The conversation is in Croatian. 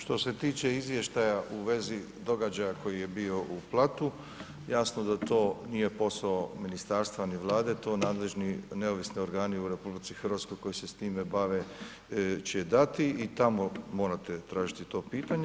Što se tiče izvještaja u vezi događaja koji je bio u Platu, jasno da to nije posao ministarstva ni Vlade, to nadležni neovisni organi u RH koji se s time bave će dati i tamo morate tražiti to pitanje.